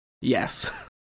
Yes